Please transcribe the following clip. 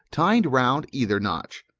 tied round either notch.